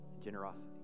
Generosity